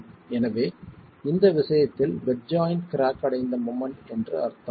எனவே இந்த விஷயத்தில் பெட் ஜாய்ண்ட் கிராக் அடைந்த மொமெண்ட் என்று அர்த்தம்